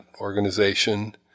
organization